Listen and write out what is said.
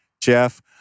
jeff